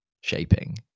shaping